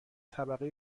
طبقه